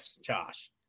Josh